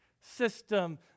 system